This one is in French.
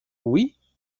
oui